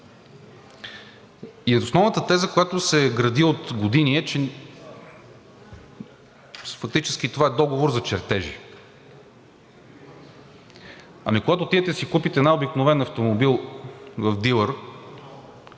И основната теза, която се гради от години, е, че фактически това е договор за чертежи. Ами когато отидете да си купите най обикновен автомобил от дилър,